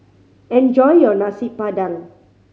enjoy your Nasi Padang